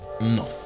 no